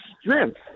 strength